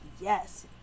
yes